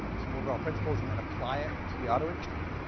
some overall principles and then apply it to the auto industry.